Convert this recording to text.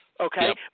Okay